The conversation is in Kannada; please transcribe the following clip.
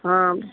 ಹಾಂ